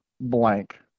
blank